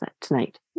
tonight